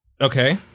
okay